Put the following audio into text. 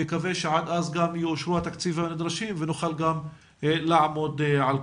אני מקווה שעד אז גם יאושרו התקציבים הנדרשים ונוכל גם לעמוד על כך.